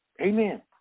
Amen